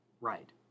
Right